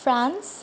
France